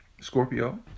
Scorpio